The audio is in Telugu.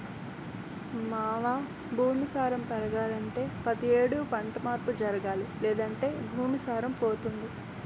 మావా భూమి సారం పెరగాలంటే పతి యేడు పంట మార్పు జరగాలి లేదంటే భూమి సారం పోతుంది